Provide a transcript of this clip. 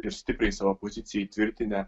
ir stipriai savo poziciją įtvirtinę